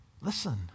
Listen